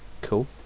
Cool